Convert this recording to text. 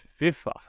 FIFA